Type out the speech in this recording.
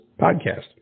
podcast